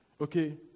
Okay